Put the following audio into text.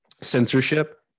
censorship